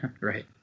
Right